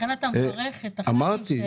לכן אתה מברך --- אמרתי,